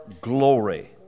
glory